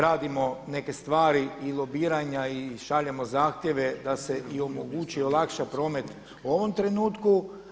Dnevno radimo neke stvari i lobiranja i šaljemo zahtjeva da se i omogući, olakša promet u ovom trenutku.